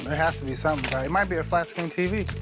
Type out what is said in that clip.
has to be something. it might be a flat-screen tv.